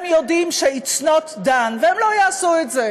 הם יודעים ש-It's not done והם לא יעשו את זה.